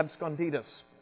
absconditus